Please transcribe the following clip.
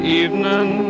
evening